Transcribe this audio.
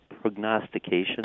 prognostication